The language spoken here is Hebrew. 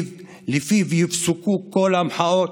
ולפיו יופסקו כל המחאות